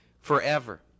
forever